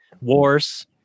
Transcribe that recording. wars